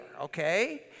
Okay